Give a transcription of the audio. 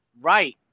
right